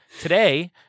today